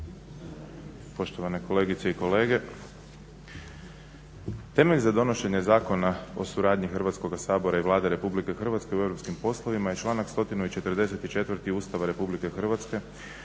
Poštovane kolegice i kolege. Temelj za donošenje Zakona o suradnji Hrvatskoga sabora i Vlade Republike Hrvatske u europskim poslovima je članak 144. Ustava Republike Hrvatske